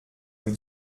nous